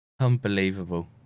Unbelievable